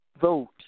Vote